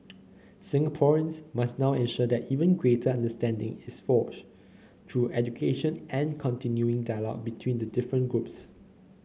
Singaporeans must now ensure that even greater understanding is forged through education and continuing dialogue between the different groups